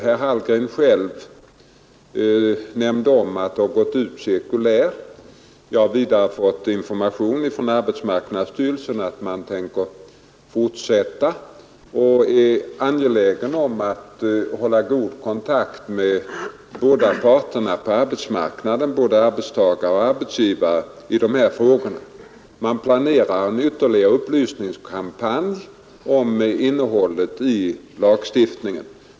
Herr Hallgren själv nämnde att ett cirkulär utsänts. Jag har vidare fött information frän arbetsmarknadsstyrelsen att man tänker fortsätta och är angelägen om att i dessa frågor hälla god kontakt med bäda parterna på arbetsmarknaden, både arbetstagare och arbetsgivare. Man planerar en ytterligare upplysningskampanj om innehållet i lagstiftningen.